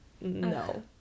No